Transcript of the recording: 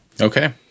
Okay